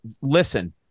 Listen